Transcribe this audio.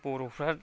बर'फ्रा